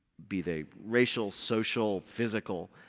be they racial, social, physical.